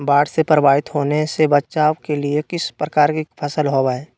बाढ़ से प्रभावित होने से बचाव के लिए किस प्रकार की फसल बोए?